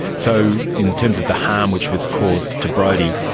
so in terms of the harm which was caused to brodie,